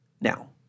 Now